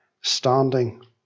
standing